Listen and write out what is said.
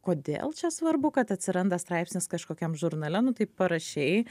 kodėl čia svarbu kad atsiranda straipsnis kažkokiam žurnale nu tai parašei